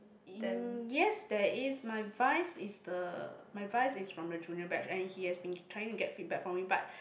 in yes there is my vice is the my vice is from the junior batch and he has been trying to get feedback from me but